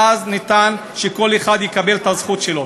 ואז כל אחד יקבל את הזכות שלו.